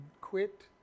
quit